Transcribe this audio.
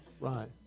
Right